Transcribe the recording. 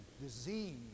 disease